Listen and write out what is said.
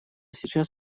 сейчас